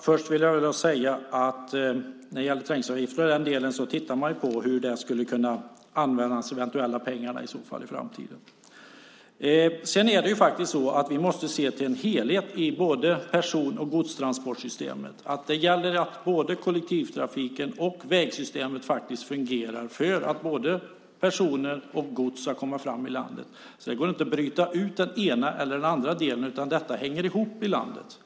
Herr talman! När det gäller trängselavgifter och den delen tittar man på hur de eventuella pengarna ska kunna användas i framtiden. Vi måste se till en helhet i både person och godstransportsystemet. Det gäller att både kollektivtrafiken och vägsystemet fungerar för att både personer och gods ska komma fram i landet. Det går inte bryta ut den ena eller den andra delen. Det hänger ihop i landet.